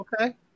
Okay